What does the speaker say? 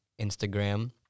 Instagram